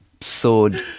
sword